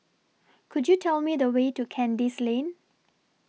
Could YOU Tell Me The Way to Kandis Lane